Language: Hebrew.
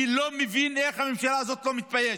אני לא מבין איך הממשלה הזאת לא מתביישת.